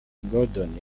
gordon